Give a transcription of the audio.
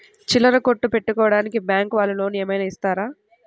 చిల్లర కొట్టు పెట్టుకోడానికి బ్యాంకు వాళ్ళు లోన్ ఏమైనా ఇస్తారా?